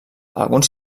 alguns